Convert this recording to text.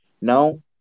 Now